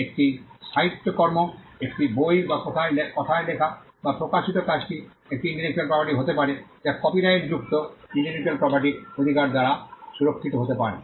একটি সাহিত্যকর্ম একটি বই বা কথায় লেখা বা প্রকাশিত কাজটি একটি ইন্টেলেকচুয়াল প্রপার্টি হতে পারে যা কপিরাইট যুক্ত ইন্টেলেকচুয়াল প্রপার্টির অধিকার দ্বারা সুরক্ষিত হতে পারে